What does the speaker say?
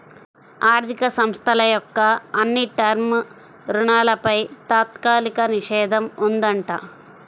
ఆర్ధిక సంస్థల యొక్క అన్ని టర్మ్ రుణాలపై తాత్కాలిక నిషేధం ఉందంట